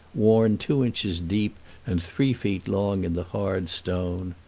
worn two inches deep and three feet long in the hard stone.